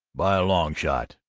by a long shot.